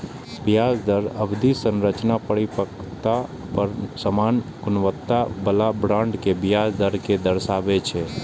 ब्याज दरक अवधि संरचना परिपक्वता पर सामान्य गुणवत्ता बला बांड के ब्याज दर कें दर्शाबै छै